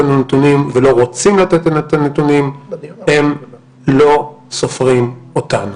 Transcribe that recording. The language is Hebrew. הנתונים ולא רוצים לתת את הנתונים הם לא סופרים אותנו.